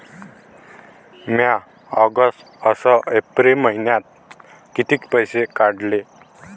म्या ऑगस्ट अस एप्रिल मइन्यात कितीक पैसे काढले?